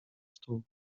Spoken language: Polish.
stół